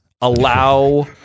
allow